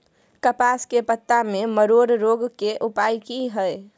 कपास के पत्ता में मरोड़ रोग के उपाय की हय?